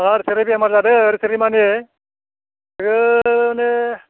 अ सोरो बेमार जादो सोरो माने रो माने